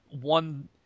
one